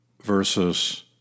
versus